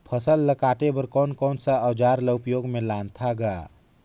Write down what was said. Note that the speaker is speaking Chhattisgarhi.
फसल ल काटे बर कौन कौन सा अउजार ल उपयोग में लानथा गा